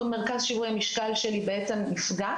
מרכז שיווי המשקל שלי נפגע.